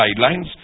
guidelines